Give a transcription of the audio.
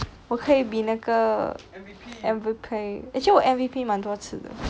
我可以比那个 M_V_P actually 我 M_V_P 蛮多次的 de di